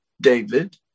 David